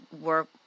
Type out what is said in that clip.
work